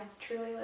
truly